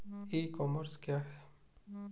ई commerce क्या है?